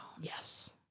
yes